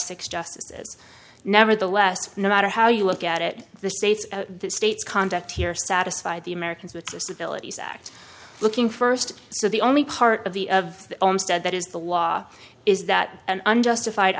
six justices nevertheless no matter how you look at it the states the states conduct here satisfy the americans with disabilities act looking st so the only part of the of the olmsted that is the law is that an unjustified